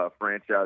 Franchise